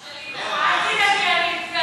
גם שלי, אל תדאגי, אני,